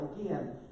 again